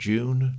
June